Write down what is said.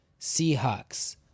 Seahawks